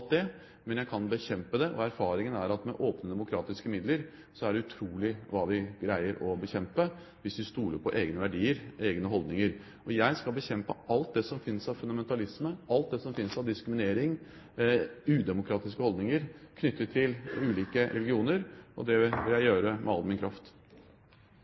det jeg ikke liker, men jeg kan bekjempe det. Og erfaringen er at med åpne demokratiske midler er det utrolig hva vi greier å bekjempe hvis vi stoler på egne verdier, egne holdninger. Jeg skal bekjempe alt det som finnes av fundamentalisme, alt det som finnes av diskriminering og udemokratiske holdninger knyttet til ulike religioner, og det vil jeg gjøre med all min kraft.